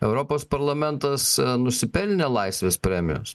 europos parlamentas nusipelnė laisvės premijos